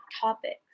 topics